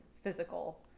physical